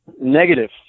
Negative